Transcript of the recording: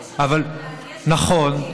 יש, יש, נכון,